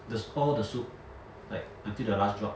the all the soup like until the last drop